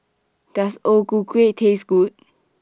Does O Ku Kueh Taste Good